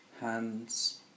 hands